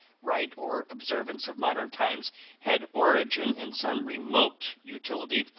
rite or observance of modern times had origin in some remote utility,